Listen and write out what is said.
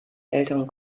älteren